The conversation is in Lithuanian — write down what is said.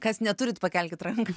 kas neturit pakelkit ranką